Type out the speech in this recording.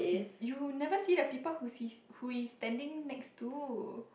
you never see the people who's he who is standing next to